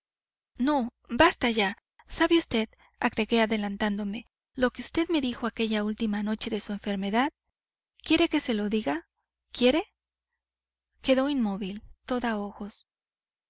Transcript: no basta ya sabe vd agregué adelantándome lo que vd me dijo aquella última noche de su enfermedad quiere que se lo diga quiere quedó inmóvil toda ojos